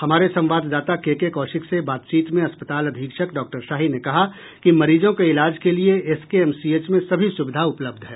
हमारे संवाददाता K K Kaushik से बातचीत में अस्पताल अधीक्षक डॉक्टर शाही ने कहा कि मरीजों के इलाज के लिए एसकेएमसीएच में सभी सुविधा उपलब्ध है